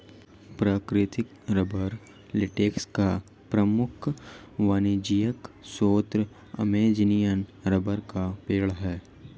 प्राकृतिक rubber latex का प्रमुख वाणिज्यिक स्रोत अमेज़ॅनियन रबर का पेड़ है